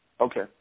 Okay